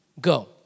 go